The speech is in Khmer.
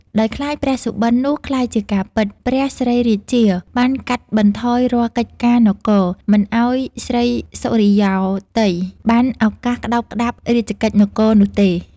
ដោយខ្លាចព្រះសុបិននោះក្លាយជាការពិត ព្រះស្រីរាជា បានកាត់បន្ថយរាល់កិច្ចការនគរ មិនឱ្យស្រីសុរិយោទ័យបានឱកាសក្ដោបក្ដាប់រាជកិច្ចនគរនោះទេ ។